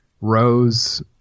Rose